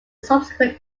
subsequent